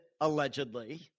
allegedly